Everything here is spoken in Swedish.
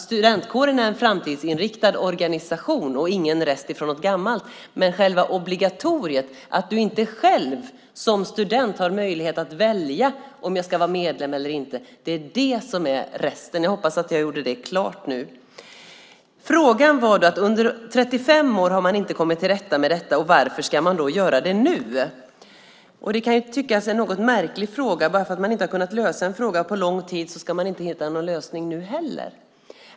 Studentkåren är en framtidsinriktad organisation och ingen rest från något gammalt, men själva obligatoriet, att du inte själv som student har möjlighet att välja om du ska vara medlem eller inte, är resten. Jag hoppas att jag gjorde det klart nu. Under 35 år har man inte kommit till rätta med detta. Varför ska man då göra det nu? Det kan tyckas vara en något märklig fråga. Bara för att man inte har kunnat lösa en fråga på lång tid ska man inte hitta någon lösning nu heller.